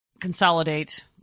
consolidate